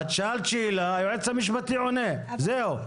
את שאלת שאלה והיועץ המשפטי עונה, זהו.